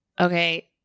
okay